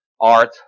art